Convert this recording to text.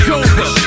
over